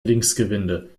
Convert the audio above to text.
linksgewinde